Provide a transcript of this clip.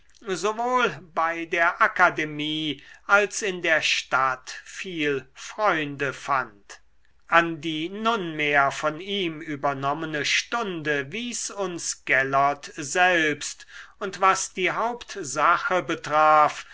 sowohl bei der akademie als in der stadt viel freunde fand an die nunmehr von ihm übernommene stunde wies uns gellert selbst und was die hauptsache betraf